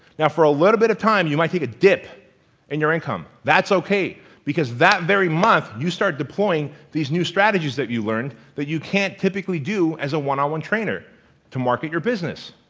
now, for a little bit of time you might take a dip in your income. that's okay because that very month you start deploying these new strategies that you learned that you can't typically do as a one-on-one trainer to market your business.